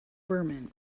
berman